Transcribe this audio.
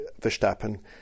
Verstappen